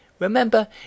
Remember